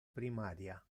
primaria